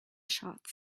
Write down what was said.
shots